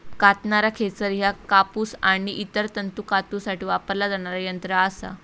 कातणारा खेचर ह्या कापूस आणि इतर तंतू कातूसाठी वापरला जाणारा यंत्र असा